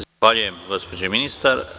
Zahvaljujem, gospođo ministar.